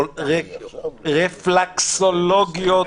רפלקסולוגיית